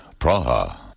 Praha